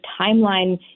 timeline